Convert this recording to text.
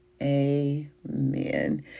amen